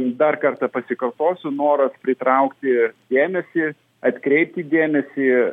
dar kartą pasikartosiu noras pritraukti dėmesį atkreipti dėmesį